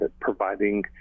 providing